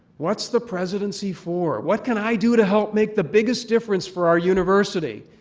what's the presidency for? what can i do to help make the biggest difference for our university,